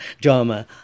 drama